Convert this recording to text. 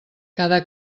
cada